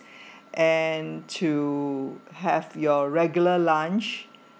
and to have your regular lunch